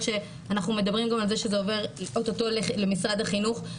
שאנחנו מדברים גם על זה שזה עובר אוטוטו למשרד החינוך.